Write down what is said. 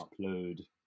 upload